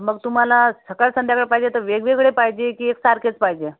तर मग तुम्हाला सकाळ संध्याकाळ पाहिजे तर वेगवेगळे पाहिजे की एकसारखेच पाहिजे